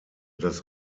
das